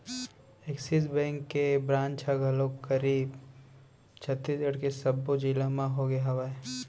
Axis bank के branch ह घलोक करीब छत्तीसगढ़ के सब्बो जिला मन होगे हवय